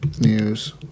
news